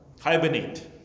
hibernate